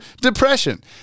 Depression